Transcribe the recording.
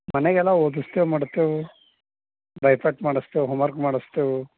ಮನ್ಯಾಗೆಲ್ಲ ಓದಿಸ್ತೇವೆ ಮಾಡ್ತೆವು ಭಯಪಟ್ಟು ಮಾಡಿಸ್ತೇವೆ ಹೋಮರ್ಕ್ ಮಾಡಿಸ್ತೆವು